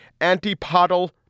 antipodal